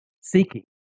seeking